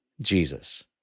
Jesus